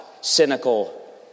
cynical